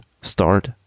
start